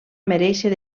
merèixer